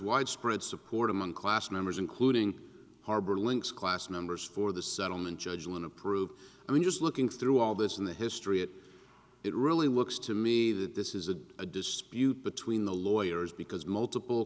widespread support among class members including harbor links class members for the settlement judge when approved i mean just looking through all this in the history it it really looks to me that this is a dispute between the lawyers because multiple